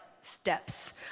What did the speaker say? steps